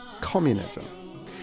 communism